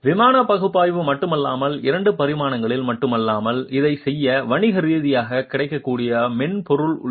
விமான பகுப்பாய்வு மட்டுமல்லாமல் 2 பரிமாணங்களில் மட்டுமல்லாமல் இதைச் செய்ய வணிக ரீதியாக கிடைக்கக்கூடிய மென்பொருள் உள்ளது